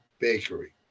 bakery